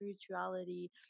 spirituality